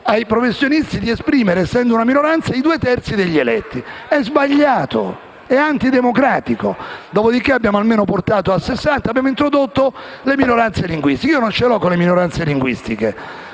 ai professionisti il potere di esprimere, essendo una minoranza, i due terzi degli eletti. Questo è sbagliato e antidemocratico. Dopodiché abbiamo almeno portato il numero a 60 ed abbiamo introdotto le minoranze linguistiche. Io non ce l'ho con le minoranze linguistiche